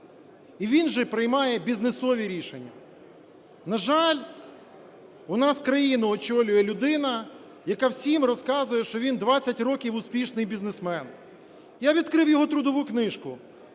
і він же приймає бізнесові рішення. На жаль, у нас країну очолює людина, яка всім розказує, що він 20 років успішний бізнесмен. Я відкрив його трудову книжку.